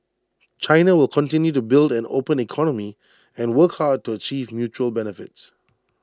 China will continue to build an open economy and work hard to achieve mutual benefits